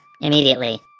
immediately